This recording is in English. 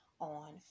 on